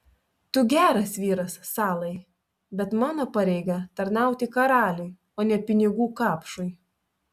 tu geras vyras salai bet mano pareiga tarnauti karaliui o ne pinigų kapšui